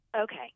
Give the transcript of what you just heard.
Okay